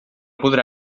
podrà